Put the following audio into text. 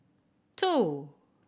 two